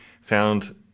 found